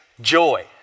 joy